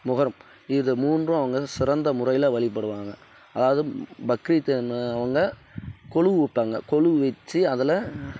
மொஹரம் இது மூன்றும் அவங்க சிறந்த முறையில் வழிபடுவாங்க அதாவது பக்ரீத்து அவங்க கொலு வைப்பாங்க கொலு வச்சு அதில்